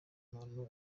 umuntu